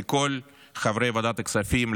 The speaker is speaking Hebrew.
לכל חברי ועדת הכספים,